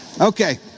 okay